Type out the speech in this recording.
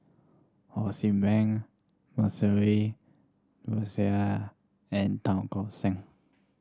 Ho See Beng Rosemary and Tan Tock San